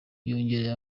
yongereye